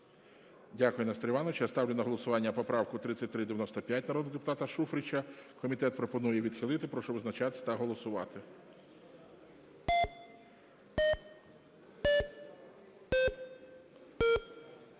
Дякую, Нестор Іванович. Я ставлю на голосування поправку 3395 народного депутата Шуфрича. Комітет пропонує відхилити. Прошу визначатись та голосувати.